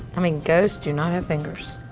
i mean, ghosts do not have fingers.